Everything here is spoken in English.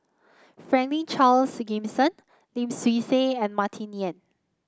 Franklin Charles Gimson Lim Swee Say and Martin Yan